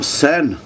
sen